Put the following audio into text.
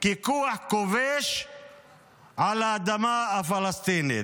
ככוח כובש על האדמה הפלסטינית.